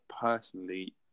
personally